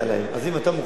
אז אם אתה מוכן לדחות,